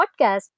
podcast